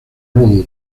road